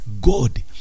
God